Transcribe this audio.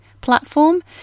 platform